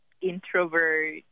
introvert